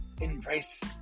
embrace